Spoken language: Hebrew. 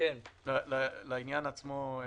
לעניין עצמו,